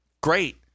great